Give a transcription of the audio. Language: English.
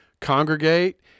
congregate